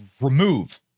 remove